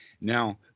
now